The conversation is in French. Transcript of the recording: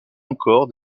encore